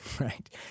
right